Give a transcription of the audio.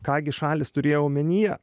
ką gi šalys turėjo omenyje